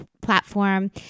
platform